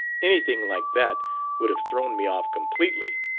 anything like that would have thrown me off completely.